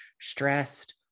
stressed